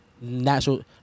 natural